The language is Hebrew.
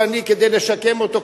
ואני כדי לשקם אותו,